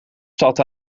stad